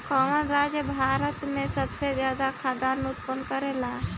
कवन राज्य भारत में सबसे ज्यादा खाद्यान उत्पन्न करेला?